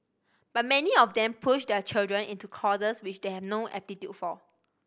but many of them push their children into courses which they have no aptitude for